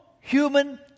human